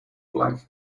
black